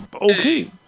Okay